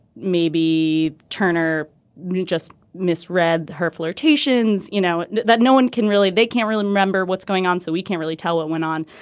maybe turner just misread her flirtations. you know that no one can really they can't really remember what's going on so we can't really tell what went on.